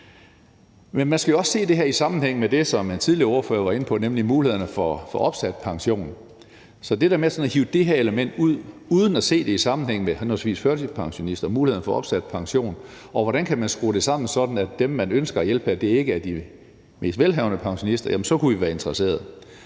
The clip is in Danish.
Men man skal jo også se det her i sammenhæng med det, som den tidligere ordfører var inde på, nemlig mulighederne for opsat pension. Så hvis man i stedet for det der med sådan at hive det her element ud uden at se det i sammenhæng med henholdsvis førtidspensioner og mulighederne for opsat pension kunne se på, hvordan man kan skrue det sammen, sådan at dem, man ønsker at hjælpe, ikke er de mest velhavende pensionister, så kunne vi være interesseret.